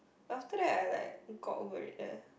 after that I like got over it eh